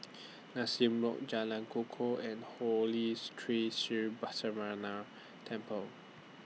Nassim Road Jalan Kukoh and Holy's Tree Sri Balasubramaniar Temple